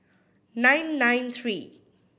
nine nine three